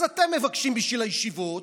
אז אתם מבקשים בשביל הישיבות,